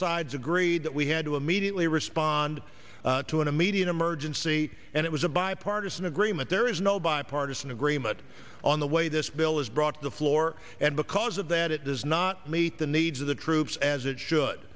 sides agreed that we had to immediately respond to an immediate emergency and it was a bipartisan agreement there is no bipartisan agreement on the way this bill is brought to the floor and because of that it does not meet the needs of the troops as it should